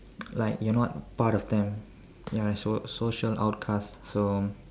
like you're not part of them ya so~ social outcast so